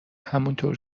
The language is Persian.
همونطور